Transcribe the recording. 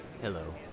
Hello